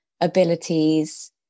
abilities